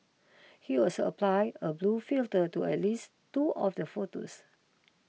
he also apply a blue filter to at least two of the photos